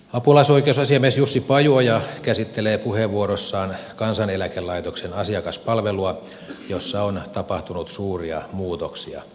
apulaisoikeusasiamies jussi pajuoja käsittelee puheenvuorossaan kansaneläkelaitoksen asiakaspalvelua jossa on tapahtunut suuria muutoksia